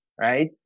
right